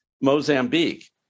Mozambique